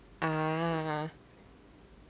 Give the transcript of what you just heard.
a'ah